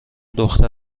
دختر